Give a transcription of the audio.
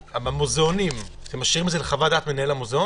אתם משאירים את זה לחוות הדעת של מנהל המוזאון?